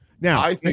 Now